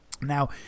Now